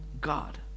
God